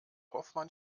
hoffmann